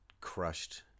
crushed